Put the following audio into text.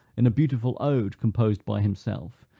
in a beautiful ode composed by himself,